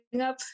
up